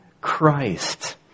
Christ